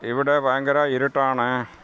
ഇവിടെ ഭയങ്കര ഇരുട്ടാണ്